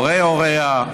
הורי הוריה,